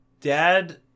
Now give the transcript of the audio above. dad